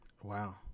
Wow